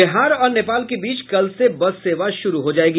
बिहार और नेपाल के बीच कल से बस सेवा शुरू होगी